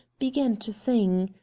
began to sing.